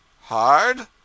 HARD